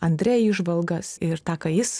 andrė įžvalgas ir tą ką jis